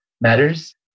matters